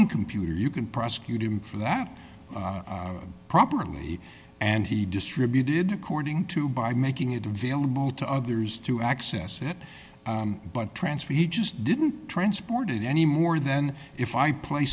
own computer you can prosecute him for that properly and he distributed according to by making it available to others to access it but transfer he just didn't transport it anymore than if i play